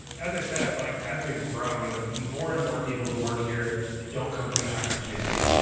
as i said, like as we've grown more and more people who work here don't come from the hacker community.